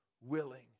willing